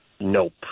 Nope